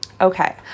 Okay